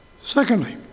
Secondly